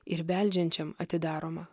ir beldžiančiam atidaroma